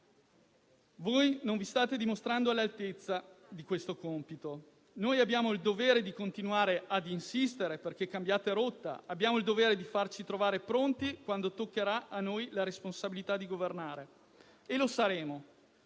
Voi non vi state dimostrando all'altezza di questo compito; noi abbiamo il dovere di continuare a insistere perché cambiate rotta, abbiamo il dovere di farci trovare pronti quando toccherà a noi la responsabilità di governare. E lo saremo.